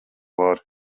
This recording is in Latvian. vari